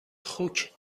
خوک